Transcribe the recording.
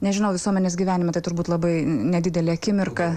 nežinau visuomenės gyvenime tai turbūt labai nedidelė akimirka